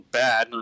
bad